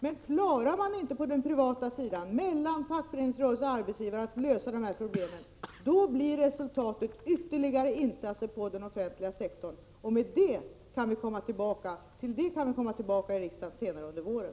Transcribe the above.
Men klarar man inte att på den privata sidan lösa problemen mellan fackföreningsrörelsen och arbetsgi varna, blir resultatet ytterligare insatser på den offentliga sektorn — då det gäller detta kan vi komma tillbaka till riksdagen senare under våren.